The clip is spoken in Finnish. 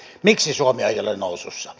miksi suomi ei ole nousussa